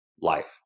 life